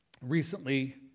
recently